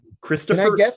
Christopher